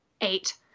eight